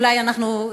אולי אנחנו,